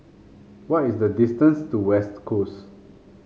what is the distance to West Coast